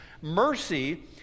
mercy